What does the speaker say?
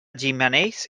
gimenells